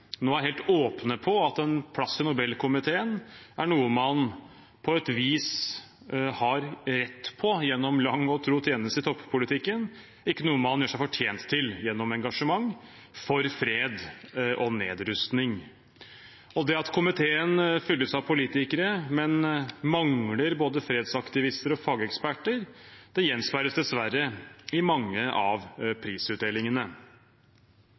nå er helt åpne om at en plass i Nobelkomiteen er noe man på et vis har rett på gjennom lang og tro tjeneste i toppolitikken, ikke noe man gjør seg fortjent til gjennom engasjement for fred og nedrustning. Det at komiteen fylles av politikere, men mangler både fredsaktivister og fageksperter, gjenspeiles dessverre i mange av prisutdelingene.